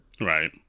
Right